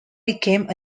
became